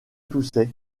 toussait